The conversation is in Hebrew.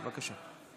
בבקשה.